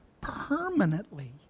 permanently